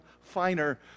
finer